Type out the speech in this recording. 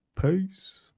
peace